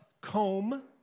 comb